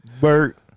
Bert